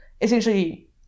essentially